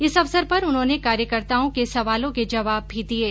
इस अवसर पर उन्होंने कार्यकर्ताओं के सवालों के जवाब भी दिये